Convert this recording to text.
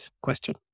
question